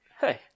Hey